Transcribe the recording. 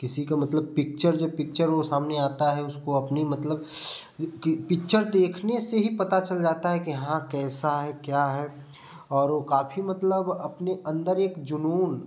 किसी को मतलब पिक्चर जो है पिक्चर वो सामने आता है उसको अपनी मतलब की की पिक्चर देखने से ही पता चल जाता है कि यहाँ कैसा है क्या है और वो काफ़ी मतलब अपने अंदर एक जुनून